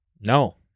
No